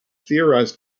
theorized